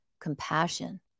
compassion